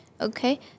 Okay